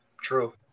True